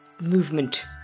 movement